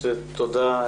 תודה,